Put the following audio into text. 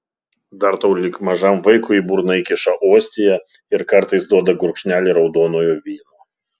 dar tau lyg mažam vaikui į burną įkiša ostiją ir kartais duoda gurkšnelį raudonojo vyno